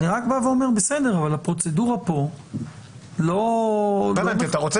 אני רק בא ואומר שהפרוצדורה פה לא --- אתה רוצה